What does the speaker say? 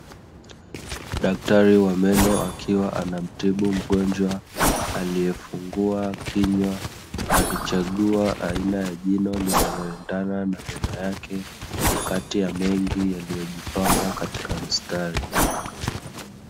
Daktari wa meno akiwa anamtibu mgonjwa aliyefungua kinywa, akichagua aina ya jino linaloendana na meno yake kati ya mengi yaliyojipanga katika mstari.